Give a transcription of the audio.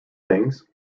things